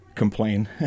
complain